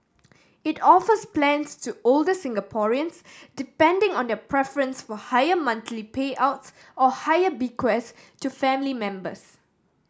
it offers plans to older Singaporeans depending on their preference for higher monthly payouts or higher bequests to family members